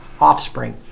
offspring